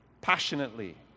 passionately